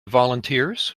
volunteers